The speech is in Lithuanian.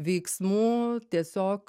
veiksmų tiesiog